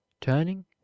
turning